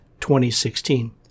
2016